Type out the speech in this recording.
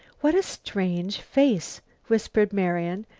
what a strange face! whispered marian,